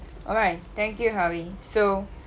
alright thank you howie so